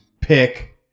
pick